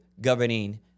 governing